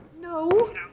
No